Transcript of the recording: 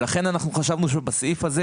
לכן אנחנו חשבנו שבסעיף הזה